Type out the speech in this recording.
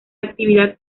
actividad